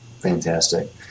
fantastic